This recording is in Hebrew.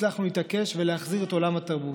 הצלחנו להתעקש ולהחזיר את עולם התרבות.